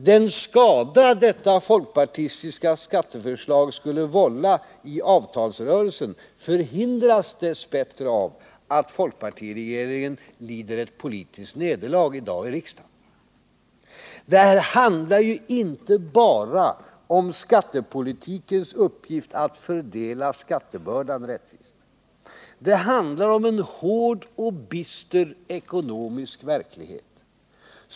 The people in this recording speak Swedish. Den skada detta folkpartistiska skatteförslag skulle vålla i avtalsrörelsen förhindras dess bättre av att folkpartiregeringen lider ett politiskt nederlag i dag i riksdagen. Detta handlar inte bara om skattepolitikens uppgift att fördela skattebördan rättvist. Det handlar om en hård och bister ekonomisk verklighet.